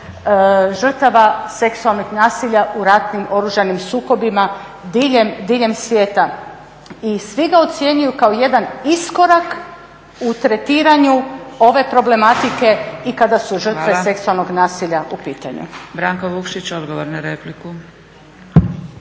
žrtava seksualnog nasilja u ratnim oružanim sukobima diljem svijeta. I svi ga ocjenjuju kao jedan iskorak u tretiranju ove problematike i kada su žrtve seksualnog nasilja u pitanju. **Zgrebec, Dragica